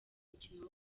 umukino